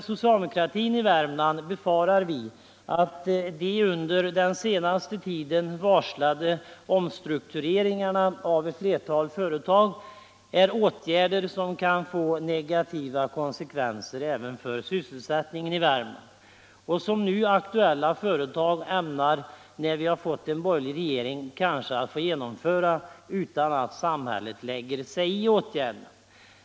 Socialdemokratin i Värmland befarar att de under den senaste tiden varslade omstruktureringarna av ett flertal företag är åtgärder som kan få negativa konsekvenser även för sysselsättningen i Värmland och som aktuella företag nu, när vi har fått en borgerlig regering, kanske ämnar genomföra utan att samhället lägger sig i vad de gör.